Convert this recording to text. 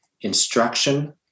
instruction